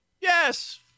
Yes